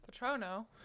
patrono